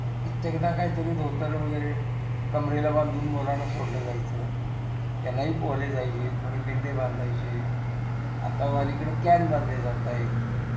कित्येकदा काहीतरी धोतर वगैरे कमरेला बांधून मुलांना सोडलं जायचं त्यांनाही पोहले जायचे कोणी बिंडे बांधायचे आता अलीकडं कॅन बांधले जात आहे